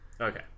Okay